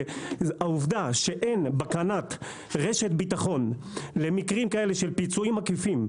והעובדה שאין בקנ"ט רשת ביטחון למקרים כאלה של פיצויים עקיפים,